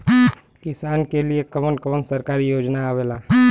किसान के लिए कवन कवन सरकारी योजना आवेला?